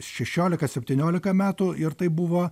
šešiolika septyniolika metų ir tai buvo